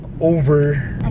over